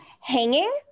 hanging